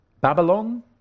Babylon